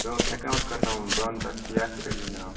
مےٚ اوس ایٚکاوُنٛٹ کَرناوُن بنٛد تَتھ چھُ یاسِر علی ناو